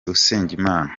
usengimana